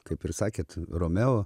kaip ir sakėt romeo